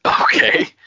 Okay